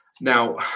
Now